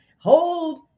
hold